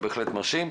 בהחלט מרשים.